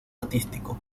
artístico